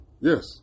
Yes